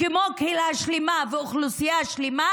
כמו קהילה שלמה ואוכלוסייה שלמה,